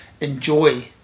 enjoy